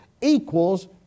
equals